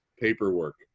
paperwork